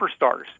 superstars